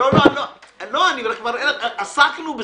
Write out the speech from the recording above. לא, לא, אנחנו כבר עסקנו בזה.